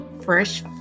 fresh